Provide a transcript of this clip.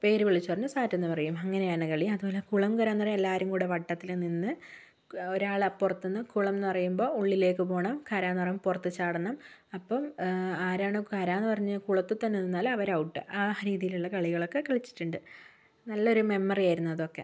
പേര് വിളിച്ചു പറഞ്ഞ് സാറ്റെന്നു പറയും അങ്ങനെയാണ് കളി അതുപോലെ കുളം കര എന്നു പറഞ്ഞാൽ എല്ലാവരും കൂടി വട്ടത്തിൽ നിന്ന് ഒരാൾ അപ്പുറത്തു നിന്ന് കുളം എന്നു പറയുമ്പോൾ ഉള്ളിലേയ്ക്ക് പോകണം കരയെന്നു പറയുമ്പോൾ പുറത്തു ചാടണം അപ്പം ആരാണോ കരയെന്നു പറഞ്ഞ് കുളത്തിൽത്തന്നെ നിന്നാൽ അവർ ഔട്ട് ആ രീതിയിലുള്ള കളികളൊക്കെ കളിച്ചിട്ടുണ്ട് നല്ലൊരു മെമ്മറി ആയിരുന്നു അതൊക്കെ